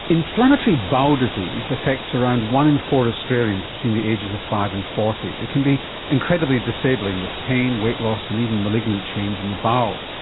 inflammatory bowel disease affects around one in four australians between the ages of five and forty. it can be incredibly disabling, with pain, weight loss and even malignant change in the bowel.